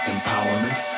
Empowerment